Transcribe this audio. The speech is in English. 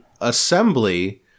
assembly